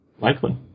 Likely